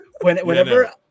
Whenever